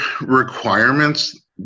requirements